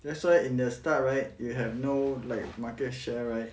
that's why in the start right you have no like market share right